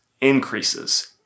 increases